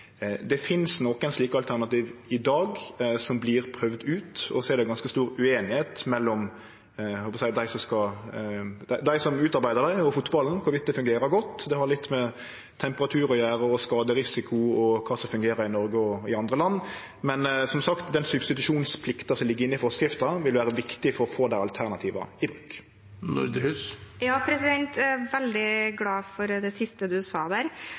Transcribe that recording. Det finst nokre slike alternativ i dag som vert prøvde ut, og så er det ganske stor ueinigheit mellom dei som utarbeidar dei og fotballen, kor vidt det fungerer godt. Det har litt med temperatur å gjere og skaderisiko, og kva som fungerer i Noreg og i andre land. Men som sagt, den substitusjonsplikta som ligg inne i forskrifta, vil vere viktig for å få dei alternativa i bruk. Jeg er veldig glad for det siste statsråden sa.